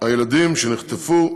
הילדים שנחטפו.